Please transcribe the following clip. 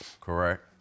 Correct